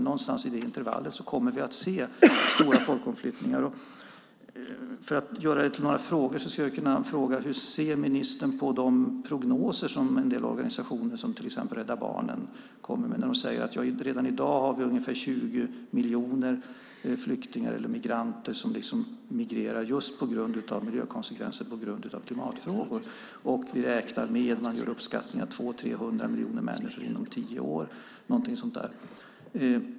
Någonstans i det intervallet kommer vi att se stora folkomflyttningar. Jag skulle kunna fråga: Hur ser ministern på de prognoser som en del organisationer, till exempel Rädda Barnen, kommer med? De säger att vi redan i dag har ungefär 20 miljoner flyktingar eller migranter som migrerar just på grund av miljökonsekvenser och klimatfrågor. Man gör uppskattningar att det är 200-300 miljoner människor inom tio år.